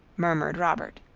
murmured robert.